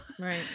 Right